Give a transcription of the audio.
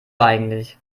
eigentlich